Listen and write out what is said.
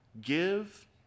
Give